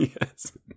Yes